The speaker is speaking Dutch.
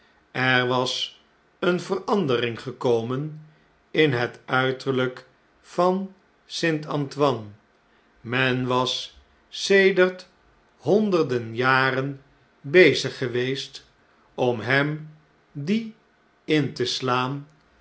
er was eene verandering gekomen in het uiterlflk van st antoinejfkmen was sedert honderden jaren de zee blijft eijzen bezig geweest om hem die in te slaan